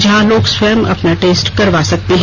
जहां लोग स्वयं अपना टेस्ट करवाना सकते हैं